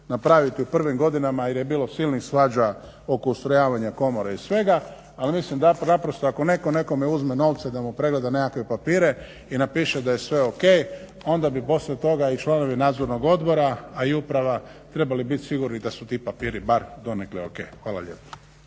napraviti u prvim godinama jer je bilo silnih svađa oko ustrojavanja komore i svega, al mislim da naprosto ako netko nekome uzme novce da mu pregleda nekakve papire i napiše da je sve o.k. onda bi poslije toga i članovi nadzornog odbora a i uprava trebali biti sigurni da su ti papiri barem donekle o.k. **Zgrebec,